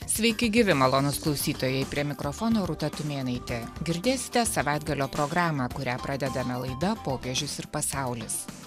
sveiki gyvi malonūs klausytojai prie mikrofono rūta tumėnaitė girdėsite savaitgalio programą kurią pradedame laida popiežius ir pasaulis